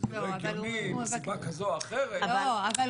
וזה לא הגיוני מסיבה כזו או אחרת --- מוסי,